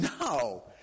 No